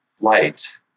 light